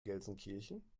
gelsenkirchen